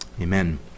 Amen